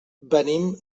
venim